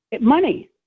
Money